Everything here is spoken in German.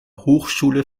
hochschule